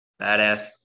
badass